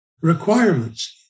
requirements